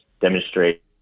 demonstrate